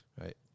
Right